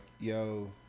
yo